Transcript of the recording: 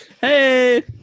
Hey